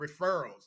referrals